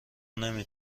نمی